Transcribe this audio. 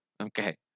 Okay